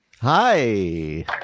Hi